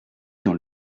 dans